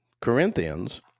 corinthians